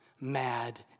mad